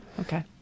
okay